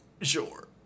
sure